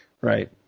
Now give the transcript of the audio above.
Right